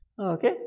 Okay